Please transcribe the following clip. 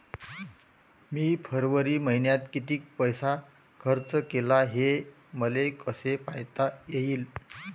मी फरवरी मईन्यात कितीक पैसा खर्च केला, हे मले कसे पायता येईल?